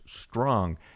strong